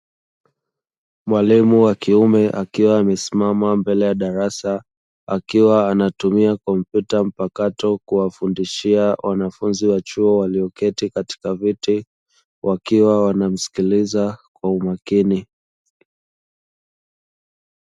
Mwalimu wa kiume akiwa amesimama mbele ya darasa akiwa anatumia kompyuta mpakato kuwafundishia wanafunzi wa chuo walioketi katika viti, wakiwa wanamsikiliza kwa umakini.